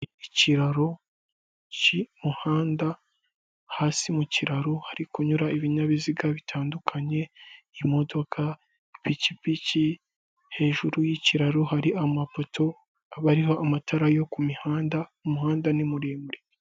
Ikiraro cy'umuhanda hasi mu kiraro hari kunyura ibinyabiziga bitandukanye; imodoka, ipikipiki, hejuru y'ikiraro hari amapoto aba ariho amatara yo ku mihanda, umuhanda ni muremure.